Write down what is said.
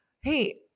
Hey